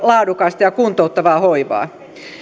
laadukasta ja kuntouttavaa hoivaa